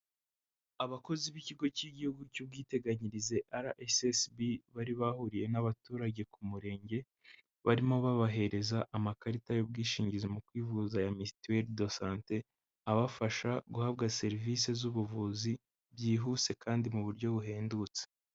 Abakozi b'ikigo cy'igihugu cy'ubwiteganyirize RSSB, bari bahuriye n'abaturage ku Murenge, barimo babahereza amakarita y'ubwishingizi mu kwivuza ya mituweli do sante, abafasha guhabwa serivisi z'ubuvuzi byihuse kandi mu buryo buhendutse.